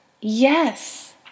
Yes